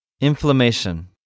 Inflammation